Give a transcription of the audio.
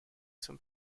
some